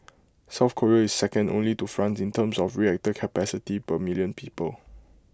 south Korea is second only to France in terms of reactor capacity per million people